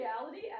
reality